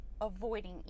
avoiding